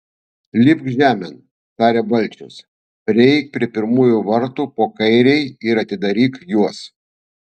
lipk žemėn tarė balčius prieik prie pirmųjų vartų po kairei ir atidaryk juos